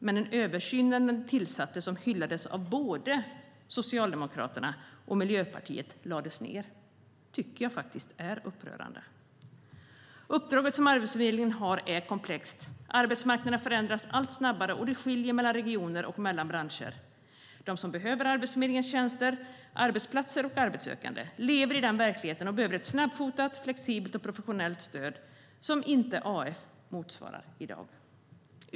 Men att översynen - som när den tillsattes hyllades av både Socialdemokraterna och Miljöpartiet - lades ned är upprörande. Uppdraget som Arbetsförmedlingen har är komplext. Arbetsmarknaden förändras allt snabbare, och det skiljer mellan regioner och mellan branscher. De som behöver Arbetsförmedlingens tjänster - arbetsplatser och arbetssökande - lever i den verkligheten och behöver ett snabbfotat, flexibelt och professionellt stöd, vilket AF inte motsvarar i dag.